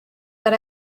that